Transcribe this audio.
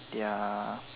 their